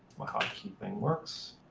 my hotkey thing works.